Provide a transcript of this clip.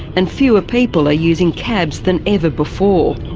and fewer people are using cabs than ever before.